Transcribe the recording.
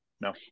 No